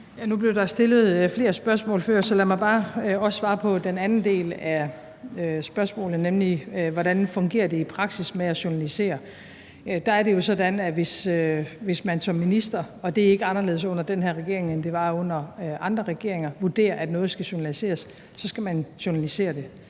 Nu blev der stillet flere spørgsmål før, så lad mig bare også svare på den anden del af spørgsmålene, nemlig hvordan det fungerer i praksis med at journalisere. Der er det jo sådan, at hvis man som minister – og det er ikke anderledes under den her regering, end det var under andre regeringer – vurderer, at noget skal journaliseres, så skal man journalisere det.